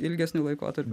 ilgesniu laikotarpiu